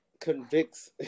convicts